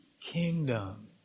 kingdom